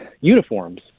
uniforms